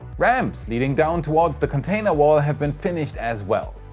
ramps leading down towards the container wall have been finished as well.